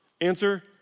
Answer